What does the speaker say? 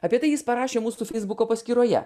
apie tai jis parašė mūsų feisbuko paskyroje